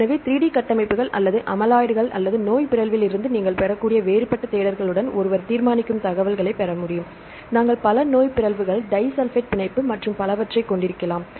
எனவே 3D கட்டமைப்புகள் அல்லது அமிலாய்டுகள் அல்லது நோய் பிறழ்விலிருந்து நீங்கள் பெறக்கூடிய வேறுபட்ட தேடல்களுடன் ஒருவர் தீர்மானிக்கும் தகவலைப் பெற முடியும் நாங்கள் பல நோய் பிறழ்வுகள் டிஸல்பைட் பிணைப்பு மற்றும் பலவற்றைக் கொண்டிருக்கலாம்